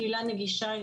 נגישה'